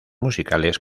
musicales